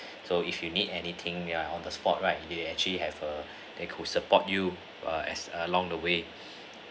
so if you need anything ya on the spot right they actually have err they could support you err as along the way